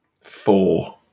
Four